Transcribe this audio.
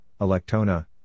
Electona